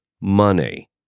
money